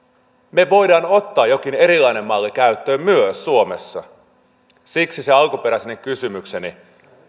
me voimme ottaa jonkin erilaisen mallin käyttöön myös suomessa siksi se alkuperäinen kysymykseni